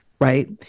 right